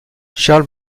charles